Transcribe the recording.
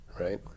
right